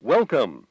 Welcome